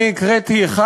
אני הקראתי אחד.